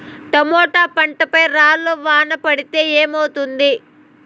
Tomato పంట పై రాళ్లు వాన పడితే ఏమవుతుంది?